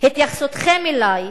התייחסותכם אלי,